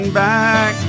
back